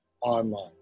online